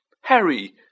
Harry